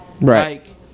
Right